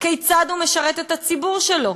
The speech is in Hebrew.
כיצד הוא משרת את הציבור שלו.